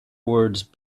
words